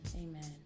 Amen